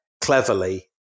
cleverly